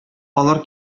алар